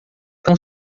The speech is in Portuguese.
tão